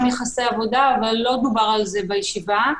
יחסי עבודה אבל לא דובר על זה בישיבה.